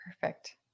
Perfect